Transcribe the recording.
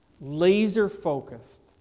laser-focused